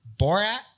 Borat